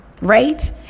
Right